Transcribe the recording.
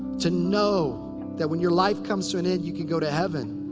to know that when your life comes to an end you can go to heaven.